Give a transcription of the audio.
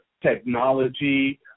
technology